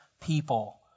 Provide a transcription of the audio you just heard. people